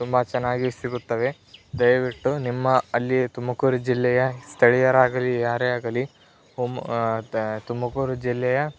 ತುಂಬ ಚೆನ್ನಾಗಿ ಸಿಗುತ್ತವೆ ದಯವಿಟ್ಟು ನಿಮ್ಮ ಅಲ್ಲಿ ತುಮಕೂರು ಜಿಲ್ಲೆಯ ಸ್ಥಳೀಯರಾಗಲಿ ಯಾರೇ ಆಗಲಿ ಒಮ್ಮೆ ತುಮಕೂರು ಜಿಲ್ಲೆಯ